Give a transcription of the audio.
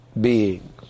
beings